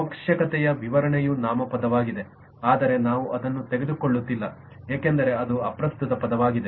ಅವಶ್ಯಕತೆಯ ವಿವರಣೆಯು ನಾಮಪದವಾಗಿದೆ ಆದರೆ ನಾವು ಅದನ್ನು ತೆಗೆದುಕೊಳ್ಳುತ್ತಿಲ್ಲ ಏಕೆಂದರೆ ಅದು ಅಪ್ರಸ್ತುತ ಪದವಾಗಿದೆ